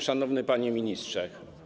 Szanowny Panie Ministrze!